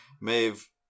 Maeve